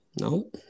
no